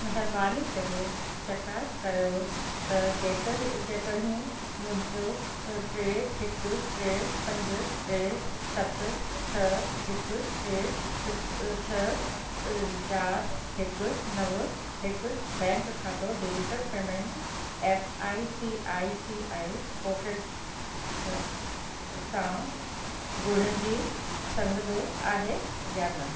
महिरबानी करे चकास कयो त जेकह जेकहिं मुंहिंजो टे हिकु टे पंज टे सत छह हिकु टे सिक्स छह चारि हिकु नव हिकु बैंक खातो digital payment app I C I C I Pockets सां गुड़न जी संग डो आहे या न